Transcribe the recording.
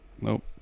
Nope